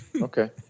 Okay